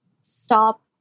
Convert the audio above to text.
stop